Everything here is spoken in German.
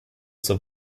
zur